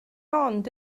ond